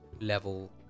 level